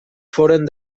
foren